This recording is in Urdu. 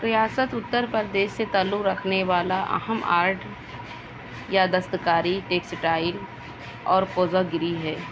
ریاست اتر پردیش سے تعلق رکھنے والا اہم آرٹ یا دستکاری ٹیکسٹائل اور کوزہ گری ہے